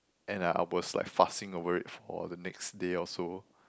and I I was like fussing over it for the next day or so